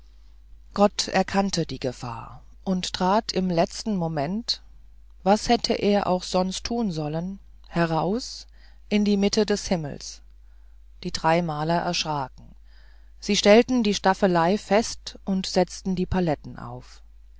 gott erkannte die gefahr und trat im letzten moment was hätte er auch sonst tun sollen heraus in die mitte des himmels die drei maler erschraken sie stellten die staffelei fest und setzten die palette auf